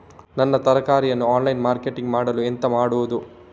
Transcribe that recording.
ನಮ್ಮ ತರಕಾರಿಯನ್ನು online marketing ಮಾಡಲು ಎಂತ ಮಾಡುದು?